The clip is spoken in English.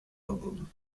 album